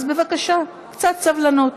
אז בבקשה, קצת סבלנות.